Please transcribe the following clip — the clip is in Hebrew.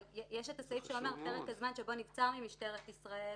אבל יש הסעיף שאומר: "פרק הזמן שבו נבצר ממשטרת ישראל